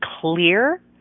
clear